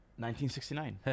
1969